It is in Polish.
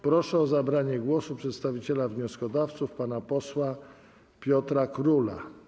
Proszę o zabranie głosu przedstawiciela wnioskodawców pana posła Piotra Króla.